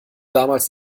damals